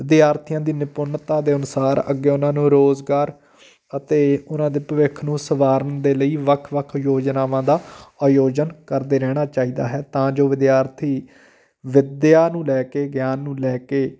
ਵਿਦਿਆਰਥੀਆਂ ਦੀ ਨਿਪੁੰਨਤਾ ਦੇ ਅਨੁਸਾਰ ਅੱਗੇ ਉਹਨਾਂ ਨੂੰ ਰੋਜ਼ਗਾਰ ਅਤੇ ਉਹਨਾਂ ਦੇ ਭਵਿੱਖ ਨੂੰ ਸਵਾਰਨ ਦੇ ਲਈ ਵੱਖ ਵੱਖ ਯੋਜਨਾਵਾਂ ਦਾ ਆਯੋਜਨ ਕਰਦੇ ਰਹਿਣਾ ਚਾਹੀਦਾ ਹੈ ਤਾਂ ਜੋ ਵਿਦਿਆਰਥੀ ਵਿੱਦਿਆ ਨੂੰ ਲੈ ਕੇ ਗਿਆਨ ਨੂੰ ਲੈ ਕੇ